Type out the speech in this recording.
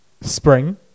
spring